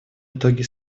итоге